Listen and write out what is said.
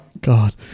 God